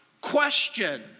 question